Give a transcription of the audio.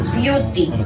beauty